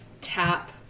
tap